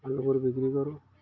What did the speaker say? আলুবোৰ বিক্ৰী কৰোঁ